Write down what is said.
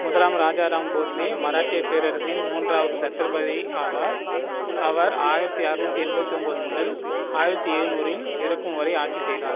முதலாம் ராஜாராம் போஸ்லே மராட்டியப் பேரரசின் மூன்றாவது சத்ரபதி ஆவார் அவர் ஆயிரத்தி அறுநூத்தி எண்பத்தி ஒம்பது முதல் ஆயிரத்தி எழுநூறில் இறக்கும் வரை ஆட்சி செய்தார்